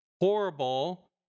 horrible